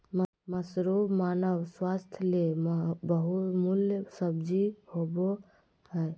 mushroom मानव स्वास्थ्य ले बहुमूल्य सब्जी होबय हइ